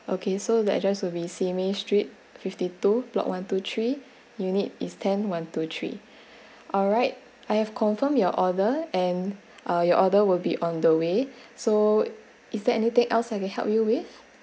okay so the address will be simei street fifty two block one two three unit is ten one two three alright I have confirm your order and are you order will be on the way so is there anything else I can help you with